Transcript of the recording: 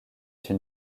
une